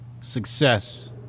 Success